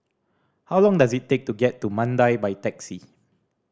how long does it take to get to Mandai by taxi